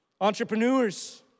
entrepreneurs